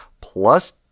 plus